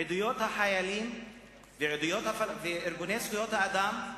עדויות החיילים וארגוני זכויות האדם,